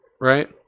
right